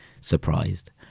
surprised